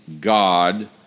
God